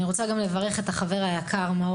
אני גם רוצה לברך את חברי היקר מ',